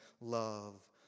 love